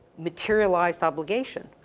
materialized obligation.